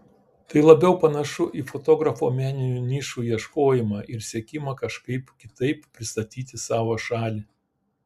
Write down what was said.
tai labiau panašu į fotografo meninių nišų ieškojimą ir siekimą kažkaip kitaip pristatyti savo šalį